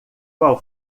qual